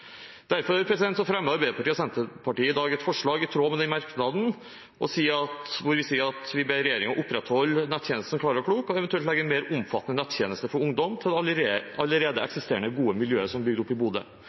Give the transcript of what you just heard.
Derfor fremmer Arbeiderpartiet og Senterpartiet i dag et forslag i tråd med den merknaden, hvor vi sier: «Stortinget ber regjeringen opprettholde telefon- og nettjenesten Klara Klok, og eventuelt legge en mer omfattende nettjeneste for ungdom til det allerede